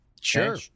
Sure